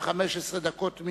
גם עם 15 דקות.